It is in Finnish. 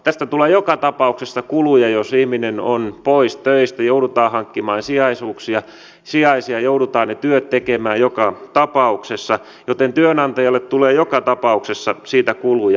tästä tulee joka tapauksessa kuluja jos ihminen on pois töistä joudutaan hankkimaan sijaisia joudutaan ne työt tekemään joka tapauksessa joten työantajalle tulee joka tapauksessa siitä kuluja